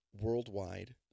worldwide